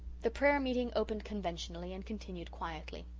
the prayer-meeting opened conventionally and continued quietly.